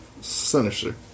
Sinister